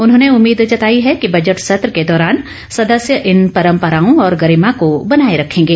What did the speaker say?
उन्होंने उम्मीद जताई है कि बजट सत्र के दौरान सदस्य इन परम्पराओं और गरिमा को बनाए रखेंगे